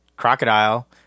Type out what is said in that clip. crocodile